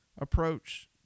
approach